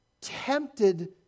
tempted